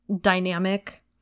dynamic